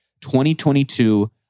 2022